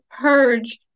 purge